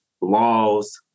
laws